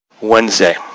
wednesday